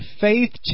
faith